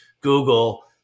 Google